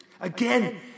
Again